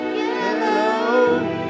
yellow